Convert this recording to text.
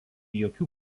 jokių